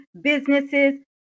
businesses